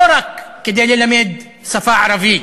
לא רק כדי ללמד שפה ערבית,